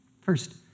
first